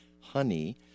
honey